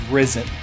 risen